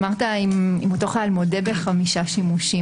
אמרת שאם אותו חייל מודה בחמישה שימושים.